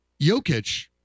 Jokic